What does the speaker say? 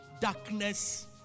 darkness